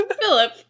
philip